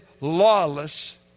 lawless